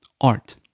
art